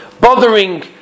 bothering